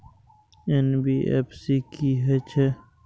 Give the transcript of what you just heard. NBFC की हे छे?